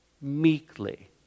meekly